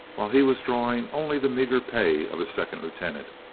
while he was drawing only the meager pay of a second lieutenant.